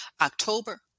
October